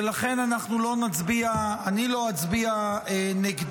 ולכן אנחנו לא נצביע, אני לא אצביע נגדה.